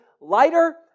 lighter